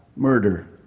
murder